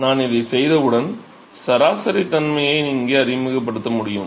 நான் இதைச் செய்தவுடன் சராசரி தன்மையை இங்கே அறிமுகப்படுத்த முடியும்